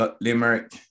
Limerick